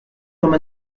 comme